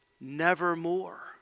nevermore